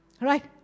right